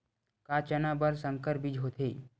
का चना बर संकर बीज होथे?